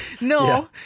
No